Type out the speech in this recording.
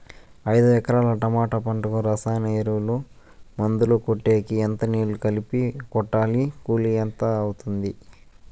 ఐదు ఎకరాల టమోటా పంటకు రసాయన ఎరువుల, మందులు కొట్టేకి ఎంత నీళ్లు కలిపి కొట్టాలి? కూలీ ఎంత అవుతుంది?